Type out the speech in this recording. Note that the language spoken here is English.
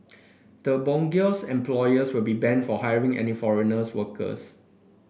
the bogus employers will be banned from hiring any foreign workers